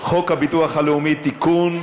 חוק הביטוח הלאומי (תיקון,